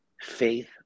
faith